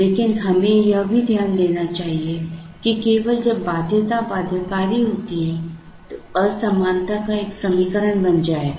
लेकिन हमें यह भी ध्यान देना चाहिए कि केवल जब बाध्यता बाध्यकारी होती है तो असमानता का एक समीकरण बन जाएगा